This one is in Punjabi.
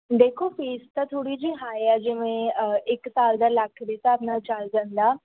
ਦੇਖੋ ਫੀਸ ਤਾਂ ਥੋੜ੍ਹੀ ਜਿਹੀ ਹਾਏ ਆ ਜਿਵੇਂ ਇੱਕ ਸਾਲ ਦਾ ਲੱਖ ਦੇ ਹਿਸਾਬ ਨਾਲ ਚੱਲ ਜਾਂਦਾ